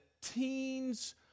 teens